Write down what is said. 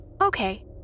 Okay